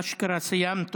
אשכרה סיימת.